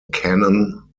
canon